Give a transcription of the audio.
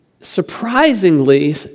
surprisingly